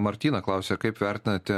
martyna klausė kaip vertinate